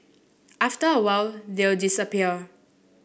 after a while they'll disappear